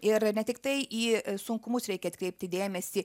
ir ne tiktai į sunkumus reikia atkreipti dėmesį